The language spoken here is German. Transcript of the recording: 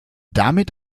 damit